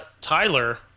Tyler